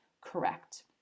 correct